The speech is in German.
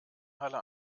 halle